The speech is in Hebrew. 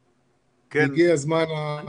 הגיע הזמן --- תמיר, רק שנייה.